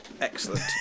Excellent